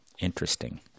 Interesting